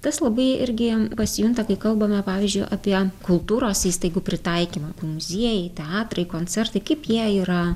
tas labai irgi pasijunta kai kalbame pavyzdžiui apie kultūros įstaigų pritaikymą muziejai teatrai koncertai kaip jie yra